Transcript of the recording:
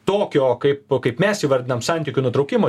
tokio kaip kaip mes įvardinam santykių nutraukimo